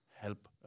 Help